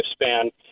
lifespan